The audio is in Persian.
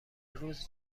روز